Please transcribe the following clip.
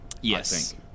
Yes